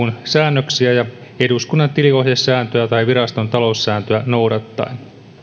säännöksiä ja eduskunnan tiliohjesääntöä tai viraston taloussääntöä noudattaen